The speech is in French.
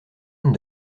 anne